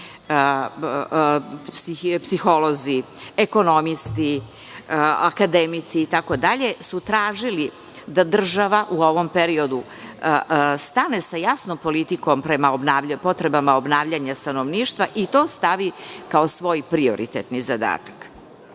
psiholozi, ekonomisti, akademici itd. su tražili da država u ovom periodu stane sa jasnom politikom prema potrebama obnavljanja stanovništva i da to stavi kao svoj prioritetni zadatak. Donošene